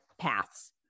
paths